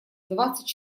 двадцать